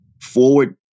forward